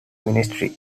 ministry